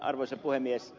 arvoisa puhemies